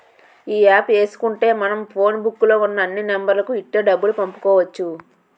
ఈ యాప్ ఏసుకుంటే మనం ఫోన్ బుక్కు లో ఉన్న అన్ని నెంబర్లకు ఇట్టే డబ్బులు పంపుకోవచ్చు